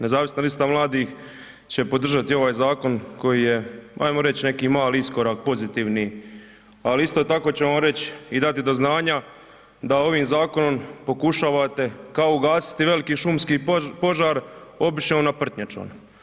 Nezavisna lista mladih će podržati ovaj zakon koji je, ajmo reći, neki mali iskorak pozitivni ali isto tako ćemo reć i dati do znanja da ovim zakonom pokušavate kao ugasiti veliki šumski požar običnom naprtnjačom.